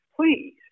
please